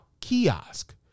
kiosk